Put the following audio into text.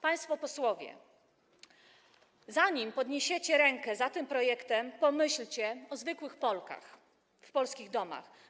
Państwo posłowie, zanim podniesiecie rękę za tym projektem, pomyślcie o zwykłych Polkach w polskich domach.